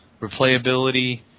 replayability